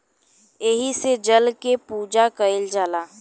एही से जल के पूजा कईल जाला